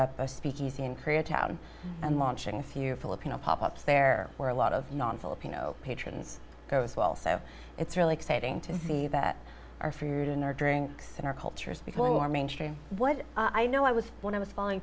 up a speakeasy in korea town and launching a few filipino pop ups there are a lot of non filipino patrons goes well so it's really exciting to see that our fear in our drinks in our culture is becoming more mainstream what i know i was when i was f